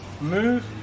move